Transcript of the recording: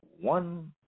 one